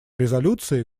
резолюции